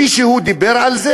מישהו דיבר על זה?